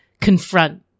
confront